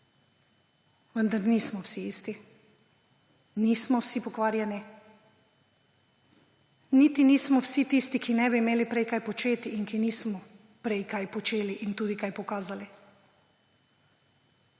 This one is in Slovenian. Vendar nismo vsi isti. Nismo vsi pokvarjeni. Niti nismo vsi tisti, ki ne bi imeli prej česa početi, ki nismo prej ničesar počeli in tudi ničesar pokazali.